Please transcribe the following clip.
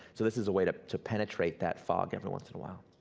so this is a way to to penetrate that fog every once in awhile.